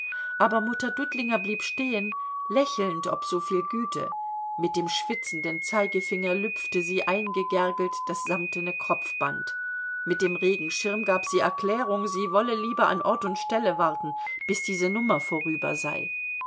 aber mutter dudlinger blieb stehen lächelnd ob soviel güte mit dem schwitzenden zeigefinger lüpfte sie eingegergelt das samtene kropfband mit dem regenschirm gab sie erklärung sie wolle lieber an ort und stelle warten bis diese nummer vorüber sei